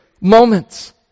moments